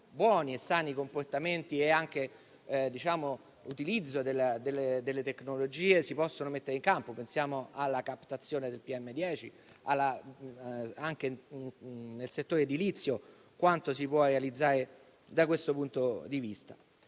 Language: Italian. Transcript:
buoni e sani comportamenti, compreso l'utilizzo delle tecnologie, si possono mettere in campo; pensiamo alla captazione del PM10, anche nel settore edilizio, e a quanto si può realizzare da questo punto di vista